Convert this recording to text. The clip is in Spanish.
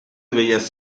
bellas